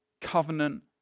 covenant